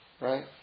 right